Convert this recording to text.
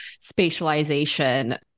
spatialization